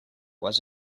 was